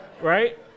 Right